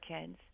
kids